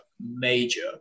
major